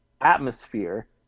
atmosphere